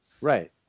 Right